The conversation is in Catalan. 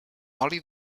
oli